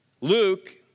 Luke